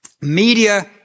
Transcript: Media